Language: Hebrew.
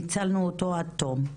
ניצלנו אותו עד תום,